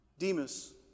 Demas